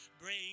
bring